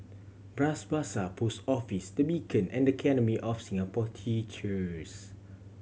Bras Basah Post Office The Beacon and Academy of Singapore Teachers